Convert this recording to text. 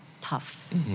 tough